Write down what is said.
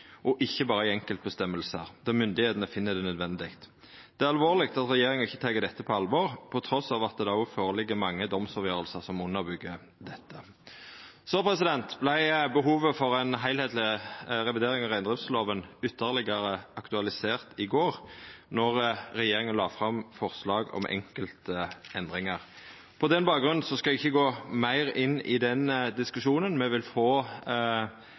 og ikkje berre i einskildbestemmingar der myndigheitene finn det nødvendig. Det er alvorleg at regjeringa ikkje tek dette på alvor, trass i at det òg ligg føre mange domsavgjerder som underbyggjer dette. Behovet for ei heilskapleg revidering av reindriftsloven vart ytterlegare aktualisert i går, då regjeringa la fram forslag om einskilde endringar. På den bakgrunn skal eg ikkje gå meir inn i den diskusjonen. Me vil få